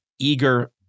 eager